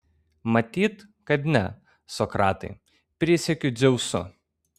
matyt kad ne sokratai prisiekiu dzeusu